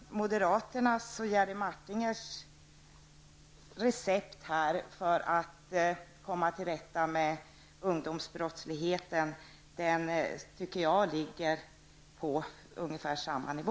Moderaternas och Jerry Martingers recept för att komma till rätta med ungdomsbrottsligheten tycker jag ligger på ungefär samma nivå.